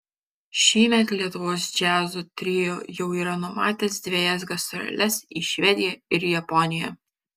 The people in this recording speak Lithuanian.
šįmet lietuvos džiazo trio jau yra numatęs dvejas gastroles į švediją ir japoniją